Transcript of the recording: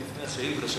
לפני השאילתא,